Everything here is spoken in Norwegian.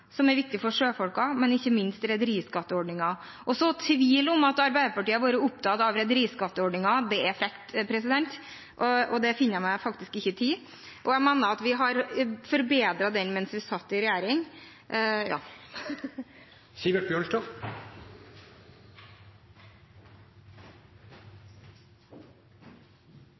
som er viktig for sjøfolkene, men ikke minst rederiskatteordningen. Å så tvil om at Arbeiderpartiet har vært opptatt av rederiskatteordningen, er frekt, og det finner jeg meg faktisk ikke i. Jeg mener at vi forbedret den mens vi satt i regjering.